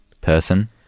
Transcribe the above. person